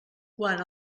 quant